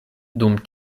dum